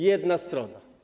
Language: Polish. Jedna strona.